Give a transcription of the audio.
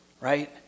right